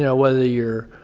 yeah whether you are